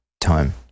time